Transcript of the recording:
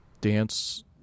dance